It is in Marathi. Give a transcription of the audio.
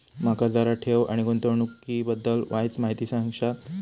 माका जरा ठेव आणि गुंतवणूकी बद्दल वायचं माहिती सांगशात?